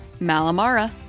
Malamara